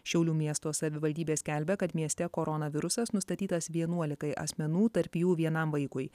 šiaulių miesto savivaldybė skelbia kad mieste koronavirusas nustatytas vienuolikai asmenų tarp jų vienam vaikui